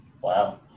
Wow